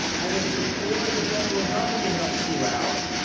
and if you're poor, the federal government helps you out.